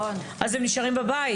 והם נשארים בבית,